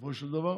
בסופו של דבר,